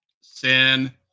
sin